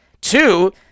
Two